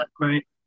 right